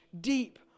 deep